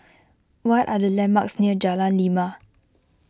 what are the landmarks near Jalan Lima